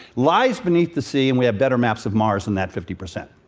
lies beneath the sea and we have better maps of mars than that fifty percent.